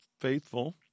faithful